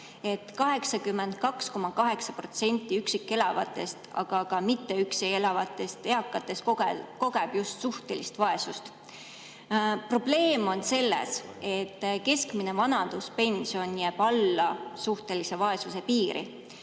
82,8% üksi elavatest ja ka mitte üksi elavatest eakatest kogeb just suhtelist vaesust. Probleem on selles, et keskmine vanaduspension jääb alla suhtelise vaesuse piiri.